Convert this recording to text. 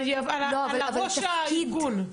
על ראש הארגון.